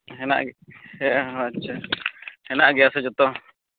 ᱦᱮᱱᱟᱜ ᱜᱮᱭᱟ ᱦᱮᱸ ᱟᱪᱪᱷᱟ ᱦᱮᱱᱟᱜ ᱜᱮᱭᱟ ᱥᱮ ᱡᱚᱛᱚ